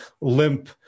limp